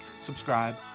subscribe